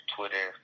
Twitter